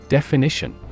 Definition